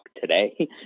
today